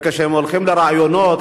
וכשהם הולכים לראיונות,